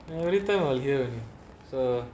every time I hear so